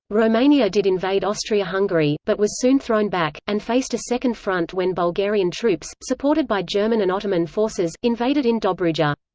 romania did invade austria-hungary, but was soon thrown back, and faced a second front when bulgarian troops, supported by german and ottoman forces, invaded in dobruja.